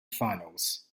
finals